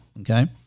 okay